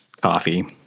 Coffee